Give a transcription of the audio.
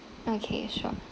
okay sure